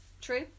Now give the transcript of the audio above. true